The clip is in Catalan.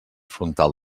frontal